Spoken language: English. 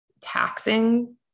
taxing